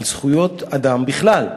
אלא על זכויות אדם בכלל.